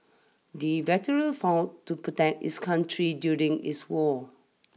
the veteran fought to protect his country during this war